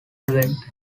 went